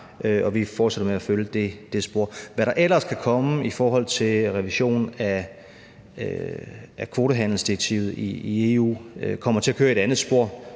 og vi fortsætter med at følge det spor. Hvad der ellers kan komme i forhold til revision af kvotehandelsdirektivet i EU, kommer til at køre i et andet spor.